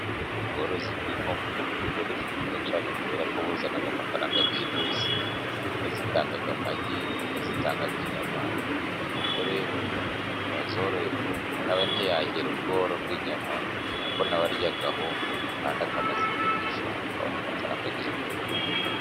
Ubworozi bw'inkoko ni ubworozi bwiza cyane kubera ko buzana amafaranga bwihuse. Inkoko zitanga amagi, inkoko zitanga inyama rero umuntu wazoroye n'ubundi nawe ntiyagira ubworo bw'inyama kuko nawe aryaho kandi akanazigurisha akabona amafaranga yihuse.